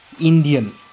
Indian